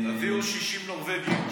תביאו 60 נורבגים,